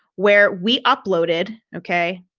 where we uploaded? okay,